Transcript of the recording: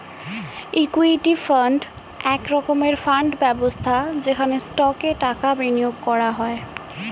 equity fund এক রকমের fund ব্যবস্থা যেখানে স্টকে টাকা বিনিয়োগ করা হয়